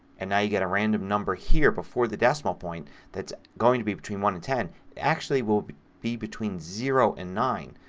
and now you get a random number here before the decimal point that's going to be between one and ten. it actually will be between zero and nine.